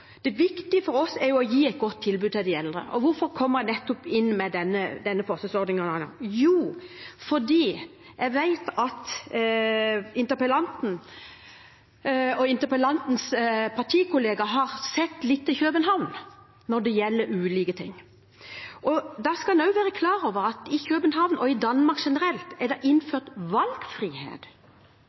Det viktige for oss er å gi et godt tilbud til de eldre, og hvorfor kommer jeg inn på denne forsøksordningen? Jo, for jeg vet at interpellanten og interpellantens partikollegaer har sett litt til København når det gjelder ulike ting. Da skal en også være klar over at det i København, og i Danmark generelt, er innført valgfrihet